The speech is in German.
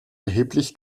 erheblich